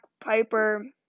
Piper